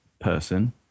person